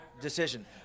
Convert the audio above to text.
decision